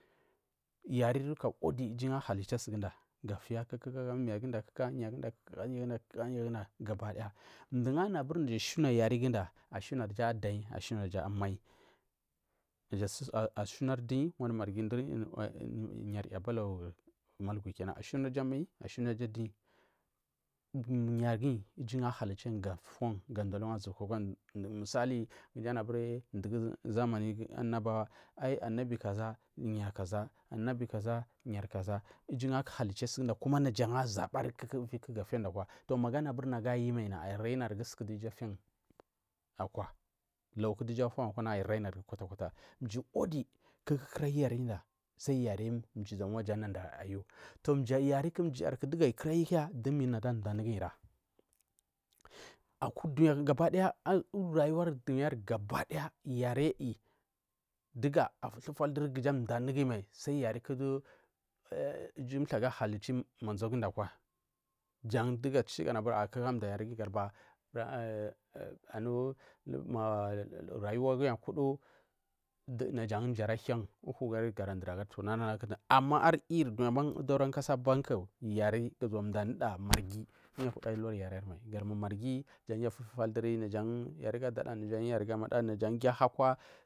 Yarinika wudu iju jan ahalidar suguda gatiya kuku aga yaguda kuku aga yaguda kuku aga yaguda gabakidaya nagu anuburi ushina yariguda naja ushinaya adayi naja ushinari abai ushunanfu duyi ushunaryu wanu yari ya abalagu malgwi ushmaiju mbuy yagiyi iju jagu ahalich gu ga fun ga daliyan aguba kwa mji anu aburi zamanigu annabawa ai annabi kaza miya kaza annabi kaga miya kaza iju gu arhalichi suguda angu azabari kuku ga figu awka maja anu aburi nagu ayu mai nagu arainarigu sun du iju afiyagu awkwa laguku duja afiya gu awkwa nagu arainari mji wudi kuku kurayu yariguda sai yarimji nda yu yariku mji dugu ayukuya dumi duda amdanra aku dunya gabakidaya rayuwa dunya ku gabakidaya yari ayi dugu alufal duri kuja amda yariguyi mal yar ku du iju mthagu ahahichiyan akwa ku mai sai yariku du iju mthagu ahalichiri manzan gu dakwa jan kuku dugu chubiri amdayarigiyi a a anu rayuwa guyi akudu najan mji ara hing uhu gara dur agari ama wuyiyi irdunya udoran kasa banku mdan nuda marhi yiyu huda luya yarirmal gadubari marghi jan dutu ahufal duri yariցu adada yarigu abada jan giu ahu akwa.